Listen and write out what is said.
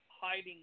hiding